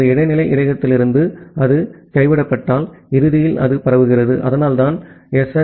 அந்த இடைநிலை இடையகத்திலிருந்து அது கைவிடப்படாவிட்டால் இறுதியில் அது பரவுகிறது அதனால்தான் எஸ்